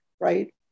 right